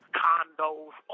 condos